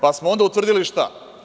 Pa, smo onda utvrdili, šta?